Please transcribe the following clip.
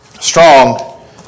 strong